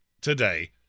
today